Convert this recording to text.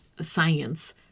science